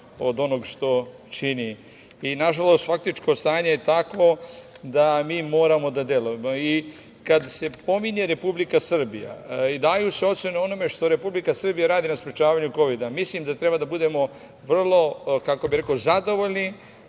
od onog što čini. Nažalost, faktičko stanje je takvo da mi moramo da delujemo. Kad se pominje Republika Srbija i daju se ocene o onome što Republika Srbija radi na sprečavanju kovida, mislim da treba da budemo vrlo zadovoljni,